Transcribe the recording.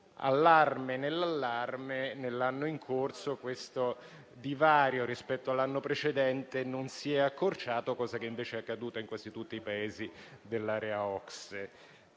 Allarme nell'allarme: nell'anno in corso questo divario rispetto all'anno precedente non si è accorciato, cosa che invece è accaduta in quasi tutti i Paesi dell'area OCSE.